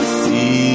see